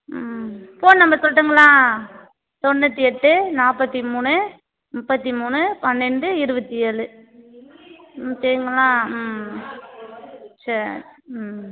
ம் phone number சொல்லட்டுங்களா தொண்ணூற்றி எட்டு நாற்பத்தி மூணு முப்பத்தி மூணு பன்னெண்டு இருபத்தி ஏழு ம் சரிங்களா ம் சரி ம்